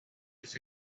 his